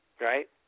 right